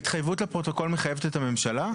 ההתחייבות לפרוטוקול מחייבת את הממשלה?